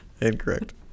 Incorrect